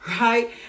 right